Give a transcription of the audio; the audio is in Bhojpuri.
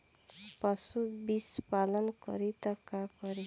पशु विषपान करी त का करी?